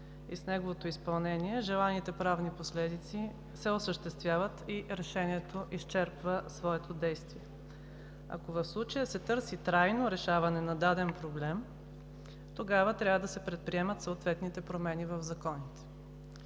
и с неговото изпълнение желаните правни последици се осъществяват и то изчерпва своето действие. Ако в случая се търси трайно решаване на даден проблем, тогава трябва да се предприемат съответните промени в законите.